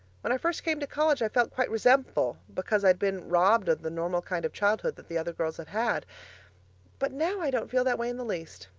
when i first came to college i felt quite resentful because i'd been robbed of the normal kind of childhood that the other girls had had but now, i don't feel that way in the least.